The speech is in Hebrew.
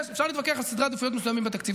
אפשר להתווכח על סדרי עדיפויות מסוימים בתקציב,